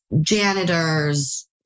janitors